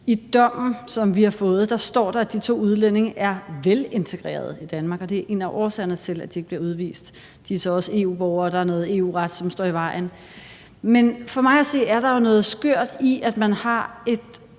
I dommen, som vi har læst, står der, at de to udlændinge er velintegrerede i Danmark, og det er en af årsagerne til, at de ikke bliver udvist. De er så også EU-borgere, og der er noget EU-ret, som står i vejen. Men for mig at se er der jo noget skørt i, at man har et